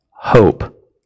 hope